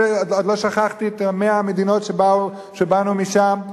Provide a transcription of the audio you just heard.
עוד לא שכחתי את מאה המדינות שבאנו משם.